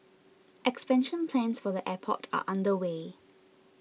expansion plans for the airport are underway